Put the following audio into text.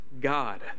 God